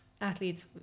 athletes